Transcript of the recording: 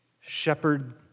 shepherd